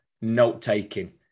note-taking